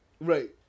Right